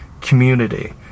community